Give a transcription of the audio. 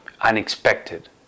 unexpected